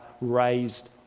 raised